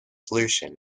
solution